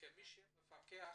כמי שמפקח